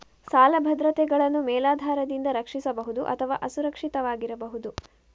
ಸಾಲ ಭದ್ರತೆಗಳನ್ನು ಮೇಲಾಧಾರದಿಂದ ರಕ್ಷಿಸಬಹುದು ಅಥವಾ ಅಸುರಕ್ಷಿತವಾಗಿರಬಹುದು